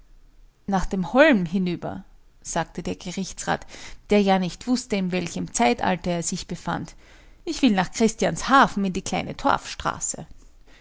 nach dem holm hinüber sagte der gerichtsrat der ja nicht wußte in welchem zeitalter er sich befand ich will nach christianshafen in die kleine